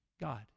God